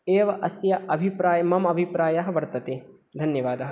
एव अस्य अभिप्रायः मम अभिप्रायः वर्तते धन्यवादः